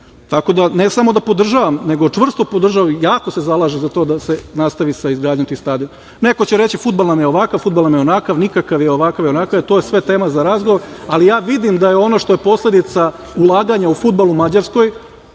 tako da ne samo da podržavam, nego jako se zalažem za to da se nastavi sa izgradnjom tih stadiona. Neko će reći - fudbal nam je ovakav, fudbal nam je onakav, nikakav i ovakav i onakav i to je sve tema za razgovor, ali ja vidim da je ono što je posledica ulaganja u fudbal u Mađarskoj,